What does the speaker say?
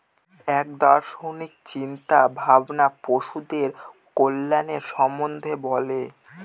এক দার্শনিক চিন্তা ভাবনা পশুদের কল্যাণের সম্বন্ধে বলে